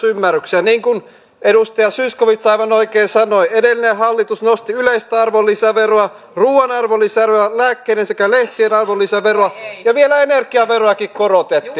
niin kuin edustaja zyskowicz aivan oikein sanoi edellinen hallitus nosti yleistä arvonlisäveroa ruuan arvonlisäveroa lääkkeiden sekä lehtien arvonlisäveroa ja vielä energiaveroakin korotettiin